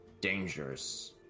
dangerous